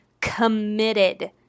committed